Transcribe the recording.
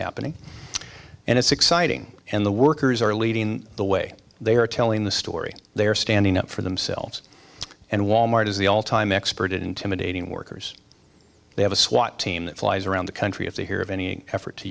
happening and it's exciting and the workers are leading the way they are telling the story they are standing up for themselves and wal mart is the all time expert intimidating workers they have a swat team that flies around the country if they hear of any effort to